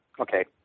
Okay